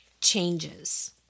changes